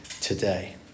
today